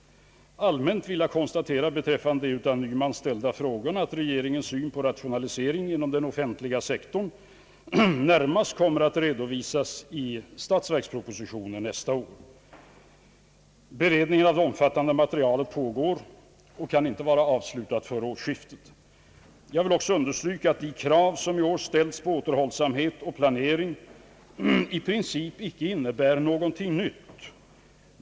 Allmänt vill jag konstatera beträffande de av herr Nyman ställda frågorna att regeringens syn på rationaliseringen inom den offentliga sektorn närmast kommer att redovisas i statsverkspropositionen i början av nästa år. Beredningen av det omfattande materialet pågår och kommer inte att vara avslutad före årsskiftet. Jag vill också understryka att de krav som i år ställts på återhållsamhet och rationell planering i princip inte innebär något nytt.